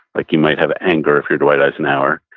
like you might have anger if you're dwight eisenhower,